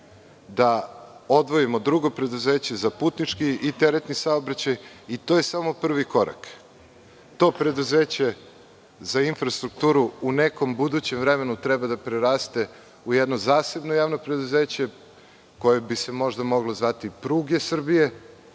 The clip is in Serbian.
da odvojimo drugo preduzeće za putnički i teretni saobraćaj i to je samo prvi korak. To preduzeće za infrastrukturu u nekom budućem vremenu treba da preraste u jedno zasebno javno preduzeće koje bi se možda moglo zvati – pruge Srbije